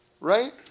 right